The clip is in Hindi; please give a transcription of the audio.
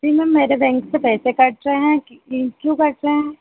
मेरे बैंक से पैसे कट रहे हैं क्यों कट रहे हैं